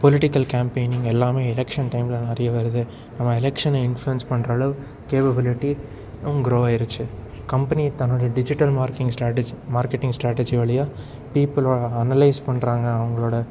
political campaigning எல்லாமே election டைமில் நிறைய வருது நம்ம எலக்ஷனை இன்ஃப்ளுயன்ஸ் பண்ணுற அளவுக்கு கேப்பபிளிட்டி க்ரோவ் ஆகிருச்சி கம்பெனி தன்னுடைய digital marking strategy marketing strategy வழியாக பிப்புள் வா அனலைஸ் பண்ணுறாங்க அவங்களோட